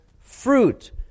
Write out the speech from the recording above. fruit